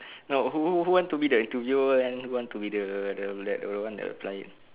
no who who who want to be the interviewer and who want to be the the like the one the client